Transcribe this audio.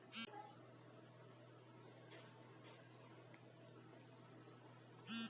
मोसंबीमंदी ट्रॅक्टरने नांगरणी करावी का?